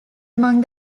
among